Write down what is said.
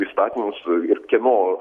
įstatymus ir kieno